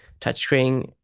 touchscreen